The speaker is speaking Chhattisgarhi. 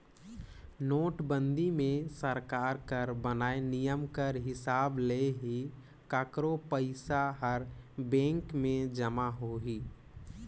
नोटबंदी मे सरकार कर बनाय नियम कर हिसाब ले ही काकरो पइसा हर बेंक में जमा होही